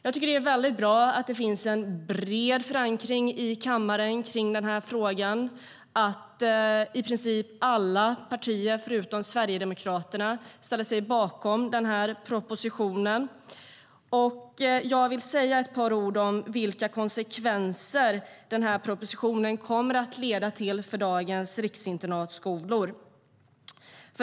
Jag tycker att det är väldigt bra att det i kammaren finns en bred förankring kring denna fråga - att i princip alla partier förutom Sverigedemokraterna ställer sig bakom propositionen. Jag vill säga ett par ord om vilka konsekvenser propositionen kommer att få för dagens riksinternatskolor.